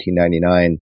1999